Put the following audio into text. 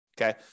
Okay